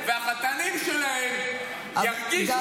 שהילדים שלהם והחתנים שלהם ירגישו את זה